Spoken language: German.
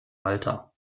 malta